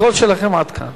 הקול שלכם מגיע עד כאן.